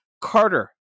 Carter